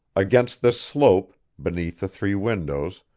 against this slope, beneath the three windows,